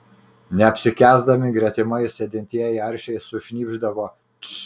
neapsikęsdami gretimais sėdintieji aršiai sušnypšdavo tš